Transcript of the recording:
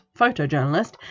photojournalist